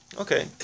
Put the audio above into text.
Okay